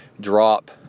drop